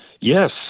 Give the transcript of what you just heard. Yes